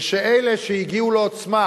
ואלה שהגיעו לעוצמה